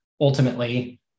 ultimately